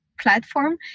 platform